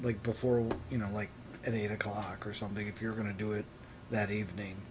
like before you know like an eight o'clock or something if you're going to do it that evening